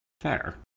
fair